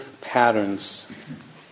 patterns